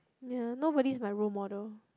ya nobody is my role model